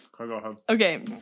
Okay